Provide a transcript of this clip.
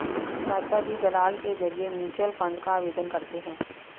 चाचाजी दलाल के जरिए म्यूचुअल फंड का आवेदन करते हैं